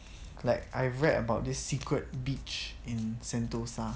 like I read about this secret beach in sentosa